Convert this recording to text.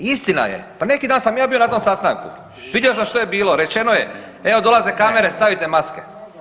Istina je, pa neki dan sam ja bio na tom sastanku, vidio sam što je bilo, rečeno je evo dolaze kamere stavite maske.